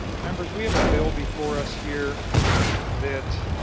members we have a bill before us here that